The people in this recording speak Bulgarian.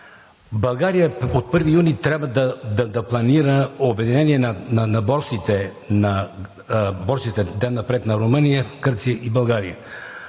България от първи юни трябва да планира обединение на борсите на Румъния, Гърция и България.